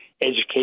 Education